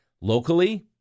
locally